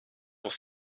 sont